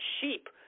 sheep